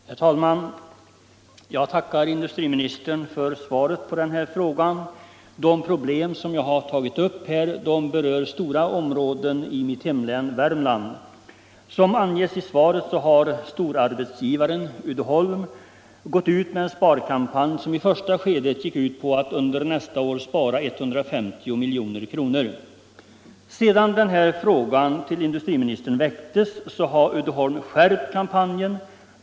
Herr talman! Jag tackar industriministern för svaret på frågan. De problem jag har tagit upp berör stora områden i mitt hemlän Värmland. Som anges i svaret har storarbetsgivaren Uddeholm startat en sparkampanj, som i första skedet gick ut på att under nästa år spara 150 milj.kr. Sedan denna fråga till industriministern väcktes har Uddeholm skärpt kampanjen.